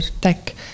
tech